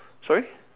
sorry